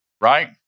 right